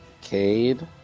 Cade